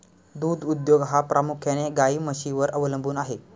दूध उद्योग हा प्रामुख्याने गाई म्हशींवर अवलंबून आहे